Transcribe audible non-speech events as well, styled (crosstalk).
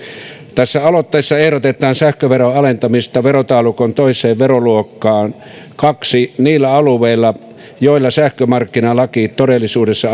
tässä aloitteessa ehdotetaan sähköveron alentamista toisen verotaulukon veroluokkaan kahdella niillä alueilla joilla sähkömarkkinalaki todellisuudessa (unintelligible)